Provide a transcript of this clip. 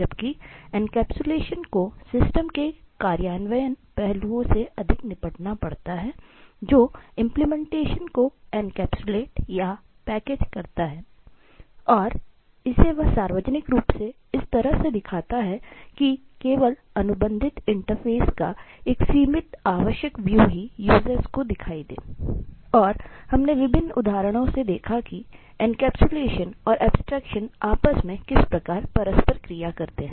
जबकि एन्कैप्सुलेशन को सिस्टम के कार्यान्वयन पहलुओं से अधिक निपटना पड़ता है जो इंप्लीमेंटेशन आपस में किस प्रकार परस्पर क्रिया करते हैं